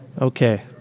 Okay